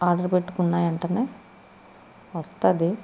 order పెట్టుకున్న వెంటనే వస్తుంది